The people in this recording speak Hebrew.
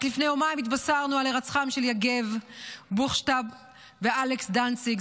רק לפני יומיים התבשרנו על הירצחם של יגב בוכשטב ואלכס דנציג,